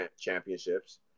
championships